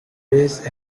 raised